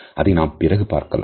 அதை நாம் பிறகு பார்க்கலாம்